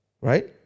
right